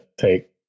take